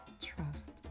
Trust